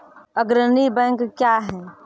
अग्रणी बैंक क्या हैं?